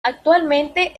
actualmente